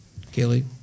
Kaylee